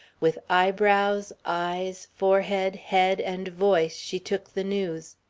with eyebrows, eyes, forehead, head, and voice she took the news.